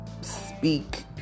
speak